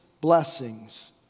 blessings